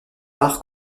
art